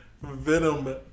Venom